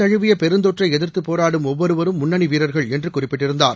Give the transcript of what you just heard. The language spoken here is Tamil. தமுவியபெருந்தொற்றைஎதிர்த்துபோராடும் ஒவ்வொருவரும் முன்னணிவீரர்கள் என்றுகுறிப்பிட்டிருந்தார்